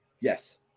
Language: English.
Yes